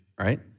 right